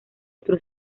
otro